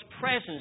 presence